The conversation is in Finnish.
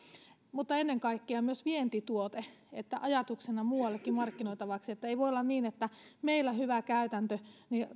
mutta ennen kaikkea myös vientituotteena ajatuksena muuallekin markkinoitavaksi ei voi olla niin että meillä hyvä käytäntö